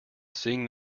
seeing